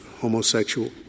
homosexual